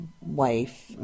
wife